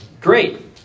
Great